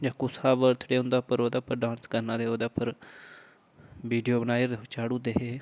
जां कुसै दा बर्थडे होंदा हा ते ओह्दै उप्पर डांस करना ते विडियो बनाइयै चाडुड़दे हे